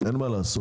אין מה לעשות,